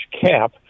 cap